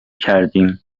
کردیم